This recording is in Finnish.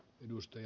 puhemies